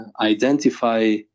identify